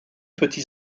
petits